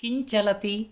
किञ्चलति